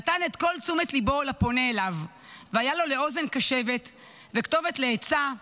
נתן את כל תשומת ליבו לפונה אליו והיה לו לאוזן קשבת וכתובת לעצה,